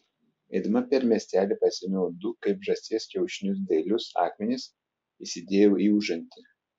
eidama per miestelį pasiėmiau du kaip žąsies kiaušinius dailius akmenis įsidėjau į užantį